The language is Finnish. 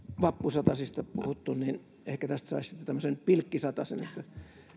vappusatasista puhuttu niin ehkä tästä saisi sitten tämmöisen pilkkisatasen että